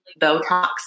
Botox